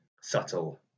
subtle